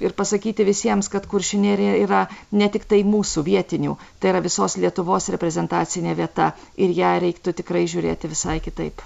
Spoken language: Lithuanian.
ir pasakyti visiems kad kuršių nerija yra ne tiktai mūsų vietinių tai yra visos lietuvos reprezentacinė vieta ir į ją reiktų tikrai žiūrėti visai kitaip